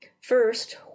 First